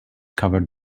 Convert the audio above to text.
cover